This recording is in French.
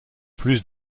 plus